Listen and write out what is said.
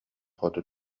хоту